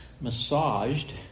massaged